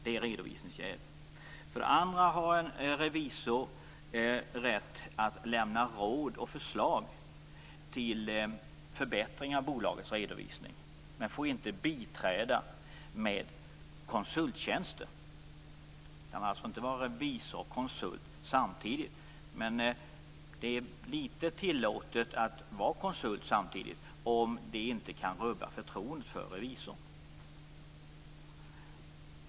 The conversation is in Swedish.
Det är redovisningsjäv. För det andra har en revisor rätt att lämna råd och förslag till förbättringar av bolagets redovisning, men han får inte biträda med konsulttjänster. Man kan alltså inte vara revisor och konsult samtidigt. Men det är litet tillåtet att vara konsult samtidigt, nämligen om det inte kan rubba förtroendet för revisorn.